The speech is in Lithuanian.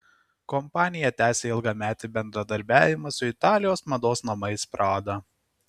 kompanija tęsia ilgametį bendradarbiavimą su italijos mados namais prada